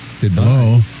Goodbye